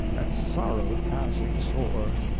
and sorrowed passing sore.